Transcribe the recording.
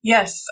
Yes